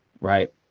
Right